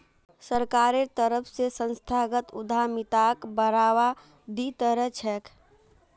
सरकारेर तरफ स संस्थागत उद्यमिताक बढ़ावा दी त रह छेक